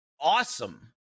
awesome